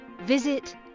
Visit